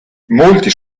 molti